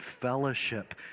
fellowship